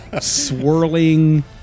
swirling